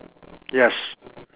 yes